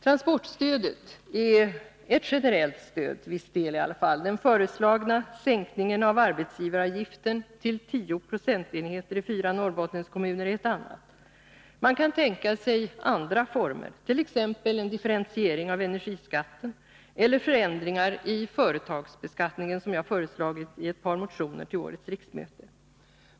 Transportstödet är, i varje fall till viss del, ett generellt stöd. Den föreslagna sänkningen av arbetsgivaravgiften till 10 procentenheter i fyra Norrbottenskommuner är ett annat. Man kan tänka sig andra former, t.ex. en differentiering av energiskatten eller förändringar i företagsbeskattningen, som jag har föreslagit i ett par motioner till årets riksmöte.